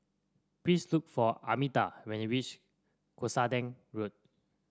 please look for Armida when you reach Cuscaden Road